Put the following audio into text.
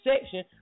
section